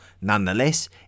Nonetheless